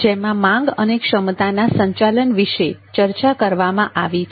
જેમાં માંગ અને ક્ષમતાના સંચાલન વિશે ચર્ચા કરવામાં આવી છે